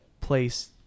place